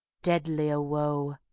deadlier woe,